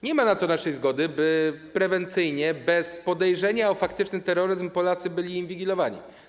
Nie ma na to naszej zgody, by prewencyjnie, bez podejrzenia o faktyczny terroryzm Polacy byli inwigilowani.